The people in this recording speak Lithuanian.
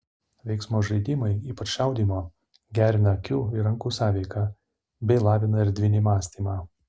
veiksmo žaidimai ypač šaudymo gerina akių ir rankų sąveiką bei lavina erdvinį mąstymą